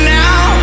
now